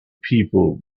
people